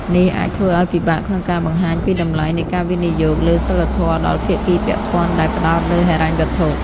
នេះអាចធ្វើឱ្យពិបាកក្នុងការបង្ហាញពីតម្លៃនៃការវិនិយោគលើសីលធម៌ដល់ភាគីពាក់ព័ន្ធដែលផ្ដោតលើហិរញ្ញវត្ថុ។